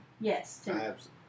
Yes